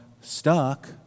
stuck